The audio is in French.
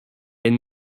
est